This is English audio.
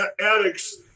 addicts